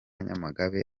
nyamagabe